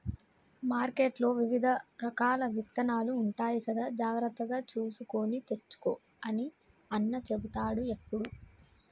మార్కెట్లో వివిధ రకాల విత్తనాలు ఉంటాయి కదా జాగ్రత్తగా చూసుకొని తెచ్చుకో అని అన్న చెపుతాడు ఎప్పుడు